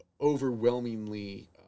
overwhelmingly